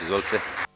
Izvolite.